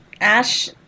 Ash